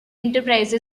enterprise